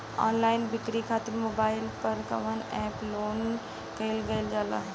Online बिक्री खातिर mobile पर कवना एप्स लोन कईल जाला?